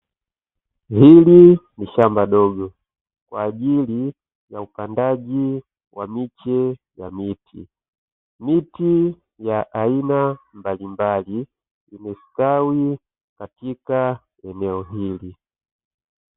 Hili ni shamba dogo kwa ajili ya upandaji wa miche ya miti, miti ya aina mbalimbali imestawi katika eneo hili.